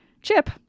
Chip